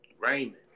Raymond